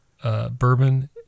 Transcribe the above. Bourbon